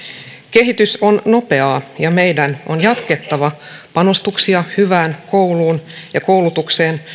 kehitys on nopeaa ja meidän on jatkettava panostuksia hyvään kouluun ja koulutukseen